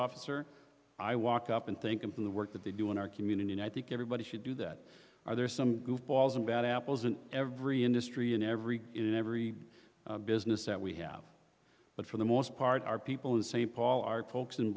officer i walk up and think i'm from the work that they do in our community and i think everybody should do that are there some goofballs and bad apples in every industry in every in every business that we have but for the most part our people in st paul our folks in